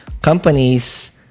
companies